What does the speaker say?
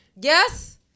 yes